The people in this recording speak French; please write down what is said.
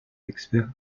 experts